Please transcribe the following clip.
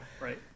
Right